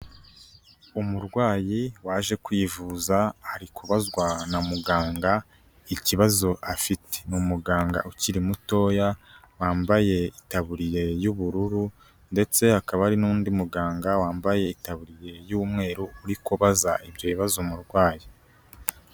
Umurwayi waje kwivuza ari kubazwa na muganga ikibazo afite, ni umuganga ukiri mutoya, wambaye itaburiye y'ubururu ndetse hakaba hari n'undi muganga wambaye itaburiye y'umweru, uri kubaza ibyo bibazo umurwayi.